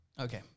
Okay